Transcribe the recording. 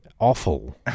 awful